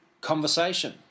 conversation